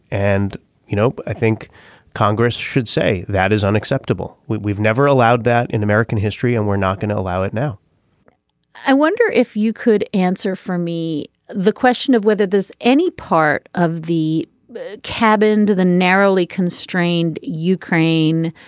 and you know i think congress should say that is unacceptable. we've we've never allowed that in american history and we're not going to allow it now i wonder if you could answer for me the question of whether there's any part of the the cabin to the narrowly constrained ukraine